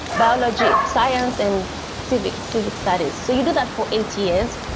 biology, science and civic, civic studies. so you do that for eight years.